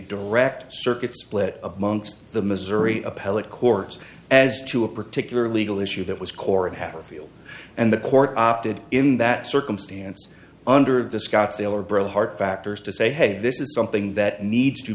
direct circuit split amongst the missouri appellate courts as to a particular legal issue that was core and have a feel and the court opted in that circumstance under the scottsdale are brought heart factors to say hey this is something that needs to